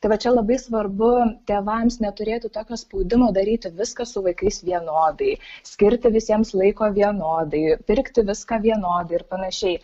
tai va čia labai svarbu tėvams neturėti tokio spaudimo daryti viską su vaikais vienodai skirti visiems laiko vienodai pirkti viską vienodai ir panašiai